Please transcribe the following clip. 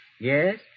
Yes